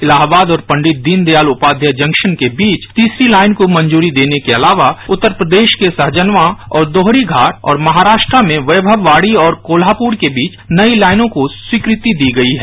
इलाहाबाद और पंडित दीन दयाल उपाध्याय जंक्शन के बीच तीसरी लाइन को मंजूरी देने के अलावा उत्तर प्रदेश के सहजनवा और दोहरीघाट और महाराष्ट्र में वैमववाडी और कोल्हापुर के बीच नई लाइनों को स्वीकृति दी गई है